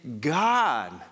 God